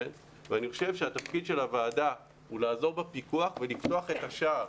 ואני חושב שהתפקיד של הוועדה הוא לעזור בפיקוח ולפתוח את השער.